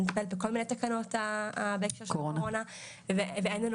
אני מטפלת בכל מיני תקנות בהקשר של הקורונה ואין לנו